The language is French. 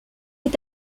est